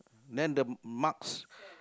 then the marks